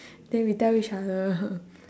then we tell each other